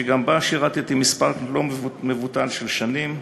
שגם בה שירתי מספר לא מבוטל של שנים,